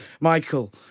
michael